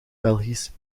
belgisch